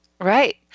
Right